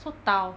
so dao